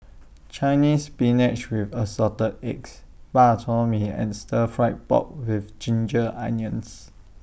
Chinese Spinach with Assorted Eggs Bak Chor Mee and Stir Fry Pork with Ginger Onions